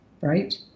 right